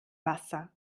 wasser